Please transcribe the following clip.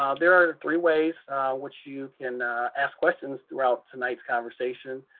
um there are three ways which you can ask questions throughout tonight's conversation.